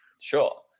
sure